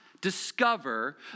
discover